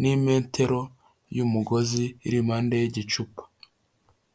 n'imetero y'umugozi iri impande y'igicupa.